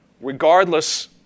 Regardless